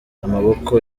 amaboko